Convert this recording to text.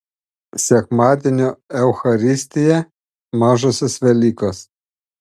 sekmadienio eucharistija mažosios velykos